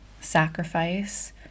sacrifice